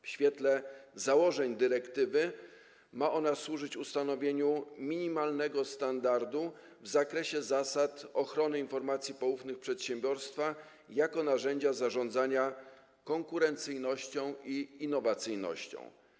W świetle swoich założeń dyrektywa ma służyć ustanowieniu minimalnego standardu w zakresie zasad ochrony informacji poufnych przedsiębiorstwa jako narzędzia zarządzania konkurencyjnością i innowacyjnością.